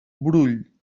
brull